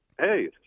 hey